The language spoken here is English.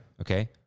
Okay